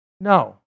No